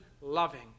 loving